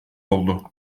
oldu